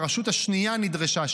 הרשות השנייה נדרשה,